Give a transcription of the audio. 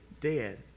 dead